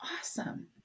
Awesome